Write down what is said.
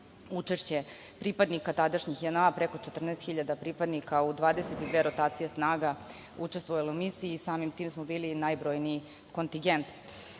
pripadnika tadašnje JNA, preko 14 hiljada pripadnika u 22 rotacije snaga učestvovalo u misiji i samim tim smo bili najbrojniji kontingent.